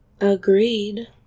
agreed